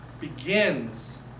begins